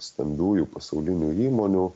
stambiųjų pasaulinių įmonių